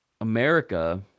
America